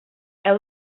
heu